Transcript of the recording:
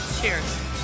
Cheers